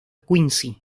quincy